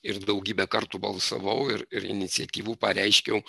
ir daugybę kartų balsavau ir ir iniciatyvų pareiškiau